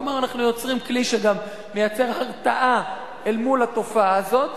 כלומר אנחנו יוצרים כלי שגם מייצר הרתעה אל מול התופעה הזאת,